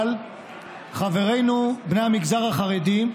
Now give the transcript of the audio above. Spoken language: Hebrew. אבל חברינו בני המגזר החרדי,